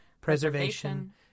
preservation